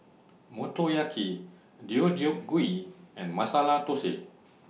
Motoyaki Deodeok Gui and Masala Dosa